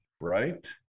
right